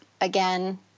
again